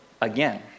again